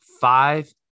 five